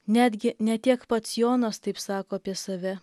netgi ne tiek pats jonas taip sako apie save